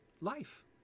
life